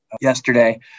yesterday